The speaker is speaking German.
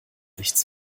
nichts